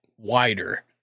Wider